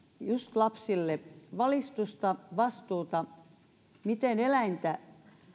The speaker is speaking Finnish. just lapsille valistusta vastuuta siitä miten eläintä